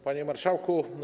Panie Marszałku!